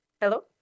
Hello